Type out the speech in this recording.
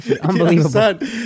unbelievable